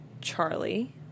Charlie